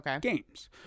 games